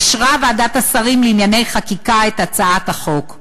אישרה ועדת השרים לענייני חקיקה את הצעת החוק.